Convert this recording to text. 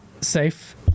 Safe